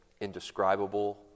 indescribable